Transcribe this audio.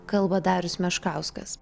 kalba darius meškauskas